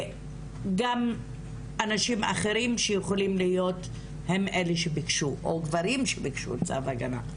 וגם אנשים אחרים שיכולים להיות אלה שביקשו כמו גברים שביקשו צו הגנה,